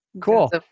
cool